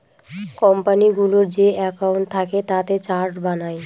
কোম্পানিগুলোর যে একাউন্ট থাকে তাতে চার্ট বানায়